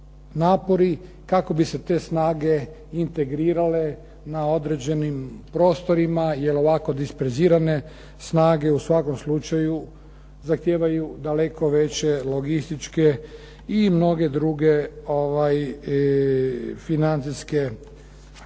napori kako bi se te snage integrirale na određenim prostorima, jer ovako disperzirane snage u svakom slučaju zahtijevaju daleko veće logističke i mnoge druge financijske